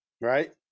right